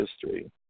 history